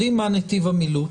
יודעים מה נתיב המילוט.